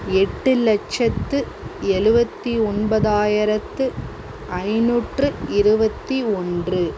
எட்டு லட்சத்து எழுபவத்தி ஒன்பதாயிரத்து ஐநூற்று இருபத்தி ஒன்று